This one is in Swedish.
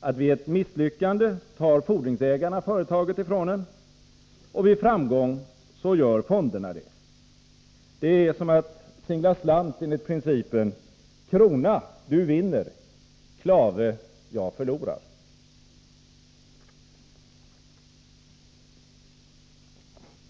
att vid ett misslyckande tar fordringsägarna företaget ifrån dem och vid framgång så gör fonderna det. Det är som att singla slant enligt principen ”krona, du vinner — klave, jag förlorar”.